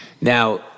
Now